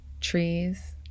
trees